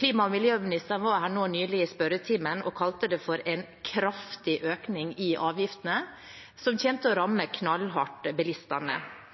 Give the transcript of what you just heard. Klima- og miljøministeren var nylig her i spørretimen og kalte det for en kraftig økning i avgiftene som kommer til å ramme bilistene knallhardt.